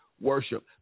worship